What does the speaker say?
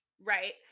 right